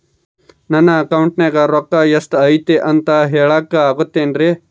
ನನ್ನ ಅಕೌಂಟಿನ್ಯಾಗ ರೊಕ್ಕ ಎಷ್ಟು ಐತಿ ಅಂತ ಹೇಳಕ ಆಗುತ್ತೆನ್ರಿ?